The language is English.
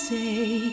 say